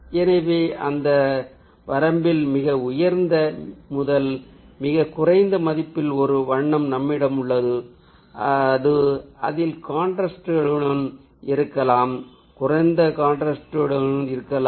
எனவே அந்த வரம்பில் மிக உயர்ந்த முதல் மிகக் குறைந்த மதிப்பில் ஒரு வண்ணம் நம்மிடம் உள்ளது அது அதிக காண்ட்றாஸ்ட்டுடனும் இருக்கலாம் குறைந்த காண்ட்றாஸ்ட்டுடனும் இருக்கலாம்